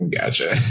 Gotcha